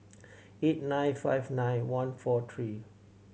eight nine five nine one four three two